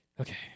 Okay